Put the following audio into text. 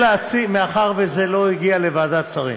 מאחר שזה לא הגיע לוועדת שרים